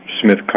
Smith